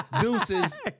Deuces